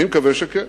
אני מקווה שכן.